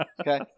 Okay